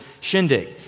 shindig